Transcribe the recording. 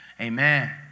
Amen